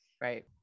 Right